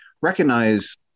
recognize